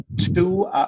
two